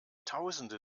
tausende